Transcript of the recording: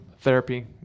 therapy